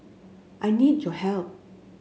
I need your help